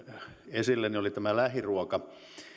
esille on lähiruoka